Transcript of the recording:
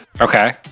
Okay